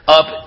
up